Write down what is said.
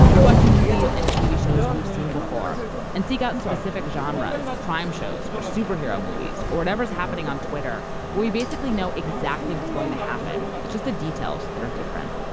we watch movies and tv shows we've seen before and seek out specific genres, crime shows, or superhero movies, or whatever's happening on twitter where we basically know exactly what's going to happen. it's just the details that are different